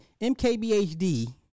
MKBHD